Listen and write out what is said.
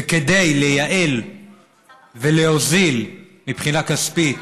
וכדי לייעל ולהוזיל מבחינה כספית